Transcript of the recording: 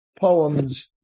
poems